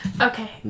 Okay